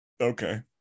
Okay